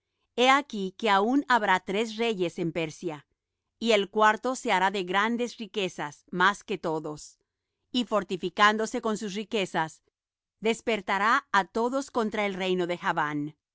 he aquí que aun habrá tres reyes en persia y el cuarto se hará de grandes riquezas más que todos y fortificándose con sus riquezas despertará á todos contra el reino de javán